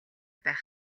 байх